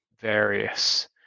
various